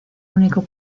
único